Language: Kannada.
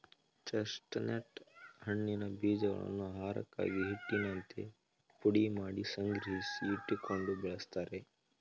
ಚೆಸ್ಟ್ನಟ್ ಹಣ್ಣಿನ ಬೀಜಗಳನ್ನು ಆಹಾರಕ್ಕಾಗಿ, ಹಿಟ್ಟಿನಂತೆ ಪುಡಿಮಾಡಿ ಸಂಗ್ರಹಿಸಿ ಇಟ್ಟುಕೊಂಡು ಬಳ್ಸತ್ತರೆ